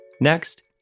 Next